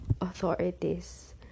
authorities